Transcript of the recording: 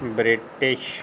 British